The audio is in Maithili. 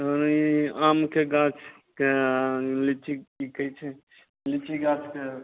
हँ ई आमके गाछ कए आओर लीची की कहय छै लीची गाछ कए